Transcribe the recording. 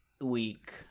week